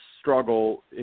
struggle